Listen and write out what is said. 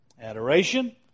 Adoration